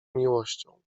miłością